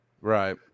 Right